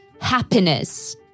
happiness